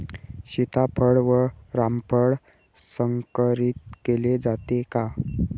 सीताफळ व रामफळ संकरित केले जाते का?